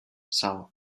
saó